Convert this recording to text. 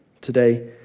today